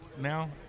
now